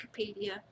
Wikipedia